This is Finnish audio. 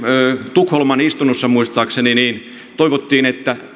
tukholman istunnossa muistaakseni niin toivottiin että